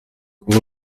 kuba